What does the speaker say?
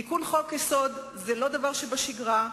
תיקון חוק-יסוד הוא לא דבר שבשגרה,